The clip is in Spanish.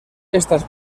estas